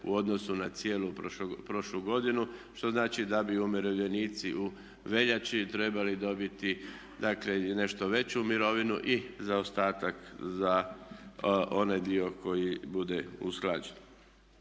u odnosu na cijelu prošlu godinu što znači da bi umirovljenici u veljači trebali dobiti dakle ili nešto veću mirovinu i zaostatak za onaj dio koji bude usklađen.